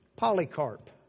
Polycarp